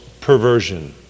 perversion